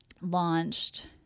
launched